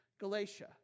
Galatia